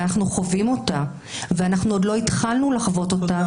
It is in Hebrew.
חווים אותה ואנחנו עוד לא התחלנו לחוות אותה